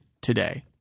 today